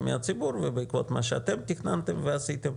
מהציבור ובעקבות מה שאתם תכננתם ועשיתם,